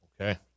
Okay